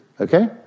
okay